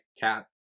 cat